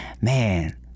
man